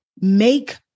Make